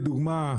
לדוגמה,